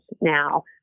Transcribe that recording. now